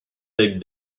big